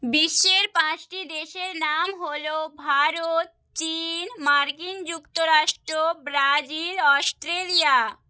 বিশ্বের পাঁচটি দেশের নাম হলো ভারত চীন মার্কিন যুক্তরাষ্ট্র ব্রাজিল অস্ট্রেলিয়া